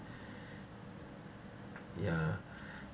ya